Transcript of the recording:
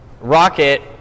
rocket